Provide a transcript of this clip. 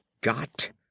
Got